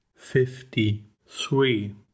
Fifty-three